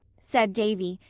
said davy,